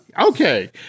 Okay